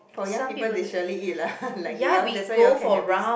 for young people they surely eat lah like you all that's why you all can have this